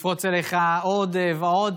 שהרי אז המספר עמד על 3.2 מיליון.